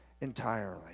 entirely